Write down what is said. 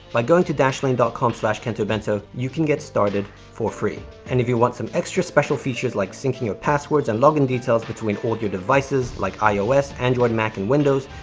by going to dashlane com so kentobento, you can get started for free. and, if you want some extra special features like syncing your passwords and login details between all your devices like ios, android, mac, and windows,